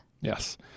Yes